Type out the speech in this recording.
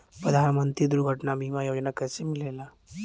प्रधानमंत्री दुर्घटना बीमा योजना कैसे मिलेला?